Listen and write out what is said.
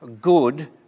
good